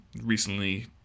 Recently